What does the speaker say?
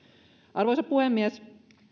arvoisa puhemies